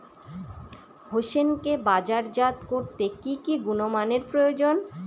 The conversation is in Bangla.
হোসেনকে বাজারজাত করতে কি কি গুণমানের প্রয়োজন?